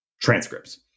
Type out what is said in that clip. transcripts